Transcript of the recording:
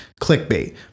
clickbait